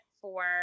for-